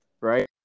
Right